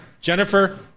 Jennifer